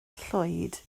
llwyd